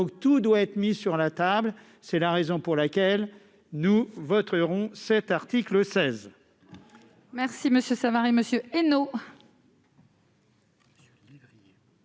Tout doit être mis sur la table : raison pour laquelle nous voterons cet article 16.